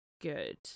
good